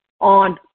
on